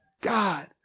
God